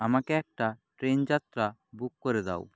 আমাকে একটা ট্রেন যাত্রা বুক করে দাও